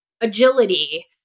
agility